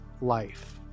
life